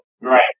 Right